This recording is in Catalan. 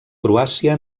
croàcia